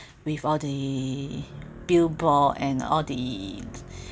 with all the billboard and all the